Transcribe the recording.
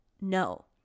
no